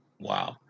Wow